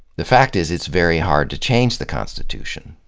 the fact is, it's very hard to change the constitution,